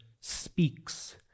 speaks